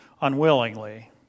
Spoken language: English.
unwillingly